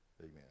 amen